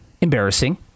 embarrassing